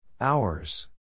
Hours